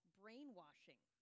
brainwashing